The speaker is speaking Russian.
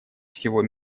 всего